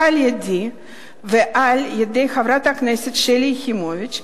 על-ידי ועל-ידי חברת הכנסת שלי יחימוביץ,